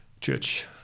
church